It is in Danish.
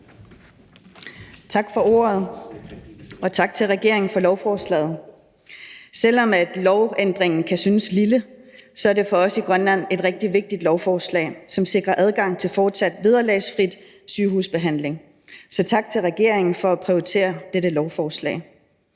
Tak for ordet, og tak til regeringen for lovforslaget. Selv om lovændringen kan synes lille, er det for os i Grønland et rigtig vigtigt lovforslag, som sikrer adgang til fortsat vederlagsfri sygehusbehandling. Så tak til regeringen for at prioritere dette lovforslag.